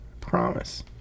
promise